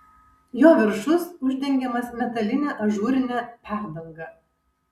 jo viršus uždengiamas metaline ažūrine perdanga